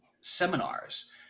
seminars